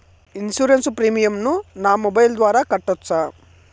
Insurance premium ను నా mobile ద్వారా కట్టొచ్చా?